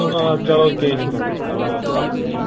آ چلو کیٚنٛہہ چھُنہٕ پَرواے چلو اَدٕ حظ ٹھیٖک چھُ